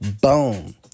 Boom